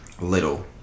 Little